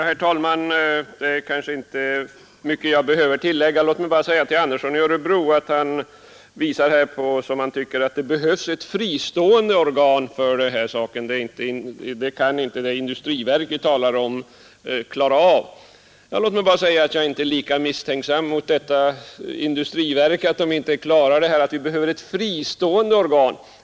Herr talman! Det kanske inte är mycket jag behöver tillägga Herr Andersson i Örebro tycker att det behövs ett fristående organ — detta kan inte det industriverk som vi talar om klara av, anser herr Andersson. Jag är inte lika misstänksam och tror inte att ett industriverk skulle sakna möjligheter att klara saken.